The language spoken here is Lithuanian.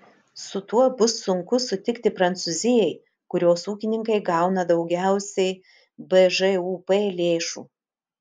su tuo bus sunku sutikti prancūzijai kurios ūkininkai gauna daugiausiai bžūp lėšų